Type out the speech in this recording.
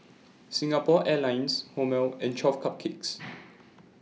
Singapore Airlines Hormel and twelve Cupcakes